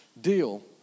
deal